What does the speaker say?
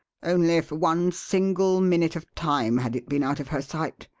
only for one single minute of time had it been out of her sight,